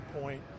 point